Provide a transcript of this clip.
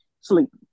Sleep